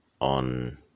on